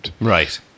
Right